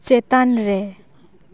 ᱪᱮᱛᱟᱱ ᱨᱮ